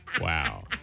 Wow